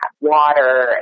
water